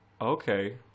Okay